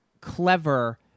clever